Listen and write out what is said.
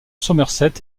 somerset